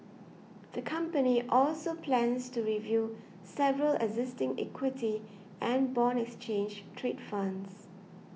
the company also plans to review several existing equity and bond exchange trade funds